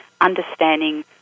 understanding